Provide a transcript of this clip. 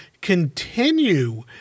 continue